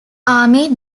army